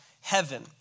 heaven